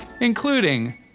including